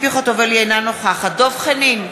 אינה נוכחת דב חנין,